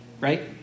right